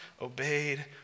obeyed